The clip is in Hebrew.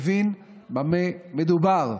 הבין במה מדובר,